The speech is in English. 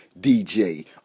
DJ